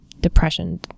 Depression